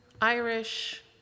Irish